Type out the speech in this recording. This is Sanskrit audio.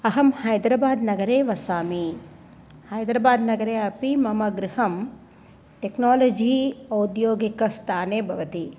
अहं हैद्राबाद् नगरे वसामि हैद्राबाद् नगरे अपि मम गृहं टेक्नालजी औद्योगिकस्थाने भवति